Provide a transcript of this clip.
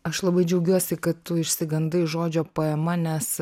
aš labai džiaugiuosi kad tu išsigandai žodžio poema nes